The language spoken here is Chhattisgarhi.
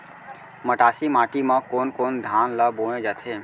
मटासी माटी मा कोन कोन धान ला बोये जाथे?